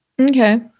Okay